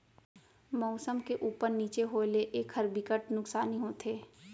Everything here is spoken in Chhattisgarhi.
मउसम के उप्पर नीचे होए ले एखर बिकट नुकसानी होथे